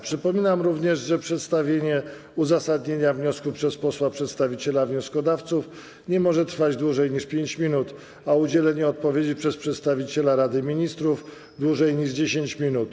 Przypominam również, że przedstawienie uzasadnienia wniosku przez posła przedstawiciela wnioskodawców nie może trwać dłużej niż 5 minut, a udzielenie odpowiedzi przez przedstawiciela Rady Ministrów - dłużej niż 10 minut.